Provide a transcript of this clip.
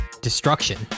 destruction